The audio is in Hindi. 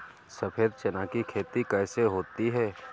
सफेद चना की खेती कैसे होती है?